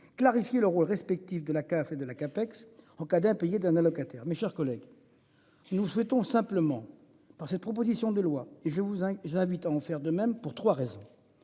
clarifier le rôle respectif de la CAF et de la CAPEX en cas d'impayé d'un allocataire, mes chers collègues. Nous souhaitons simplement par cette proposition de loi je vous hein. J'habite à en faire de même pour 3 raisons.